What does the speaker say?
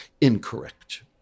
incorrect